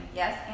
yes